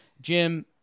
Jim